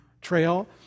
trail